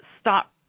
stop